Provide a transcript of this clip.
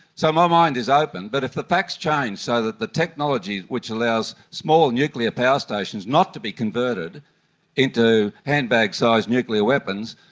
so my mind is open. but if the facts change so that the technology which allows small nuclear power stations not to be converted into handbag-sized nuclear weapons,